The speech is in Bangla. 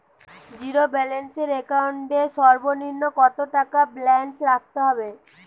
জীরো ব্যালেন্স একাউন্ট এর সর্বনিম্ন কত টাকা ব্যালেন্স রাখতে হবে?